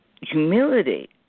humility